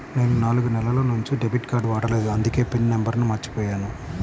నేను నాలుగు నెలల నుంచి డెబిట్ కార్డ్ వాడలేదు అందుకే పిన్ నంబర్ను మర్చిపోయాను